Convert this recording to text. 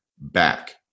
back